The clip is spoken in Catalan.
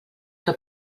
que